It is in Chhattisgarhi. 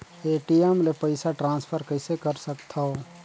ए.टी.एम ले पईसा ट्रांसफर कइसे कर सकथव?